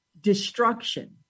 destruction